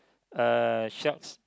uh sharks